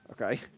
okay